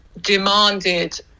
demanded